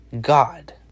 God